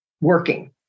working